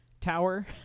tower